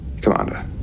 Commander